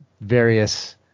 various